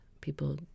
people